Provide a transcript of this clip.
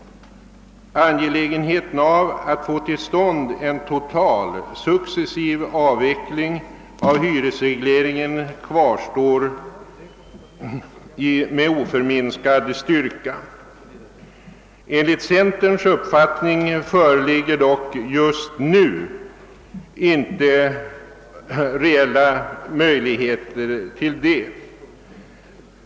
Angelägenheten av att få till stånd en total, successiv avveckling av hyresregleringen kvarstår med oförminskad styrka. Enligt centerpartiets uppfattning föreligger emellertid nu inte reella möjligheter att göra det.